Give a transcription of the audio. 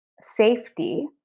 safety